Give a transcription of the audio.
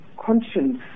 conscience